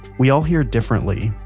we all hear differently,